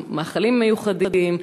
עם מאכלים מיוחדים,